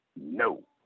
No